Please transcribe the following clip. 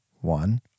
one